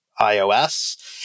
iOS